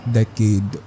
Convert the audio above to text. decade